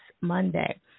Monday